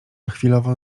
chwilowo